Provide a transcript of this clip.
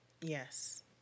Yes